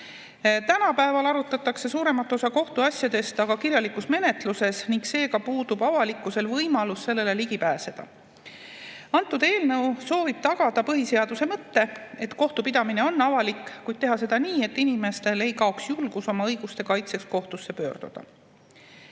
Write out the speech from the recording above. Tänapäeval arutatakse suuremat osa kohtuasjadest aga kirjalikus menetluses ning seega puudub avalikkusel võimalus nendele ligi pääseda. Antud eelnõu soovib tagada põhiseaduse mõtte, et kohtupidamine on avalik, kuid teha seda nii, et inimestel ei kaoks julgus oma õiguste kaitseks kohtusse pöörduda.